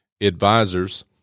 Advisors